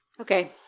Okay